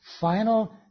final